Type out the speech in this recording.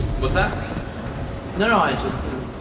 what's that no i just you know